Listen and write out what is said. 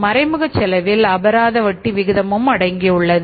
மறைமுக செலவில் அபராத வட்டி விகிதமும் அடங்கியுள்ளது